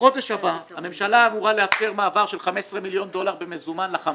בחודש הבא הממשלה אמורה לאפשר מעבר של 15 מיליון דולר במזומן לחמאס.